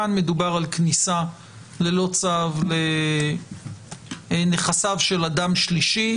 כאן מדובר על כניסה ללא צו לנכסיו של אדם שלישי.